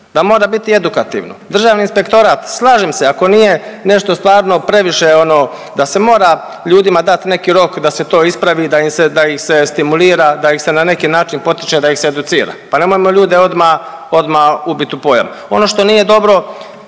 da mora biti edukativno. Državni inspektorat, slažem se ako nije nešto stvarno previše ono da se mora ljudima dat neki rok da se to ispravi i da im se, da ih se stimulira, da ih se na neki način potiče, da ih se educira, pa nemojmo ljude odma, odma ubit u pojam. Ono što nije dobro